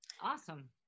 awesome